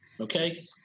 okay